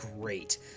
great